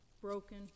broken